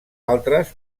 altres